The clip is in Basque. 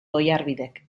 oiarbidek